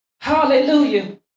Hallelujah